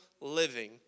living